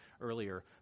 earlier